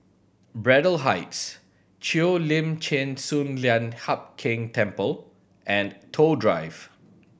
Braddell Heights Cheo Lim Chin Sun Lian Hup Keng Temple and Toh Drive